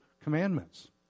commandments